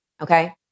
okay